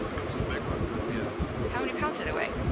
it was a big one, but yeah. how many pounds it weigh?